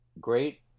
Great